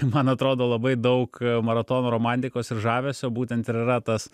man atrodo labai daug maratono romantikos ir žavesio būtent ir yra tas